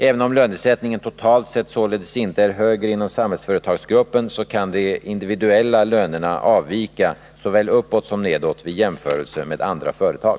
Även om lönesättningen totalt sett således inte är högre inom Samhällsföretagsgruppen så kan de individuella lönerna avvika såväl uppåt som nedåt vid jämförelse med andra företag.